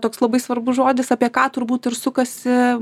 toks labai svarbus žodis apie ką turbūt ir sukasi